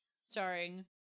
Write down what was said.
starring